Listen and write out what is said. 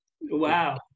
Wow